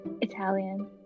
Italian